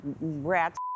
rat's